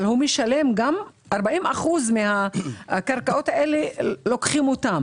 אבל לוקחים 40% מהקרקעות האלה.